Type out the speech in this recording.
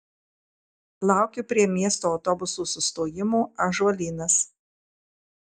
laukiu prie miesto autobusų sustojimo ąžuolynas